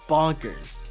Bonkers